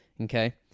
Okay